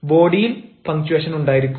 ബോഡിയിൽ പങ്ച്ചുവേഷൻ ഉണ്ടായിരിക്കും